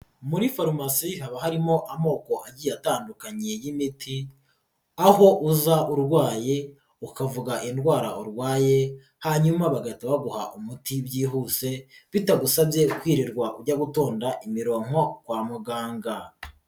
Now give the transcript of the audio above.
Muri farumasiyo haba harimo amoko agiye atandukanye y'imiti, aho uza urwaye ukavuga indwara urwaye, hanyuma bagahita baguha umuti byihute bitagusabye kwirirwa ujya gutonda imirongonko kwa muganga.